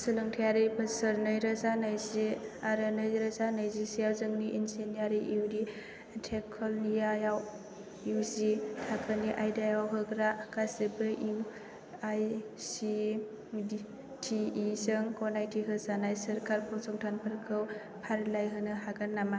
सोलोंथायारि बोसोर नैरोजा नैजि आरो नैरोजा नैजिसेआव जोंनि इनजिनियारिं एन्ड टेक्नलजि आव इउजि थाखोनि आयदायाव होग्रा गासिबो जों A I C T E गनायथि होजानाय सोरखार फसंथानफोरखौ फारिलाइ होनो हागोन नामा